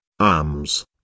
arms